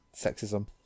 sexism